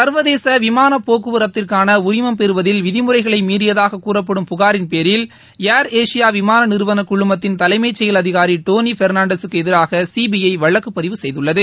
சர்வதேச விமானப்போக்குவரத்திற்கான உரிமம் பெறுவதில் விதிமுறைகளை மீறியதாக கூறப்படும் புகாரின் பேரில் ஏர் ஏஷியா விமான நிறுவன குழுமத்தின் தலைமச்செயல் அதிகாரி டோனி பெர்ணான்டஸூக்கு எதிராக சிபிஐ வழக்குப்பதிவு செய்துள்ளது